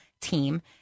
team